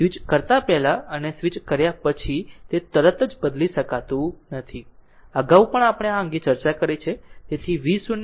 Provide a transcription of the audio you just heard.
switch કરતા પહેલા અને સ્વિચ કર્યા પછી તે તરત જ બદલી શકતું નથી અગાઉ પણ આપણે આ અંગે ચર્ચા કરી છે